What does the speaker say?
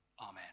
Amen